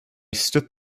stood